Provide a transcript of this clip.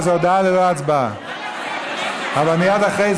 אבל מייד אחרי